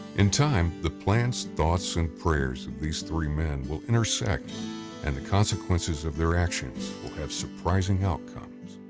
in time the plans, thoughts and prayers of these three men will intersect and the consequences of their actions will have surprising outcomes.